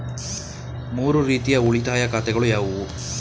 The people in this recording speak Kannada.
ಮೂರು ರೀತಿಯ ಉಳಿತಾಯ ಖಾತೆಗಳು ಯಾವುವು?